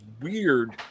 weird